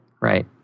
Right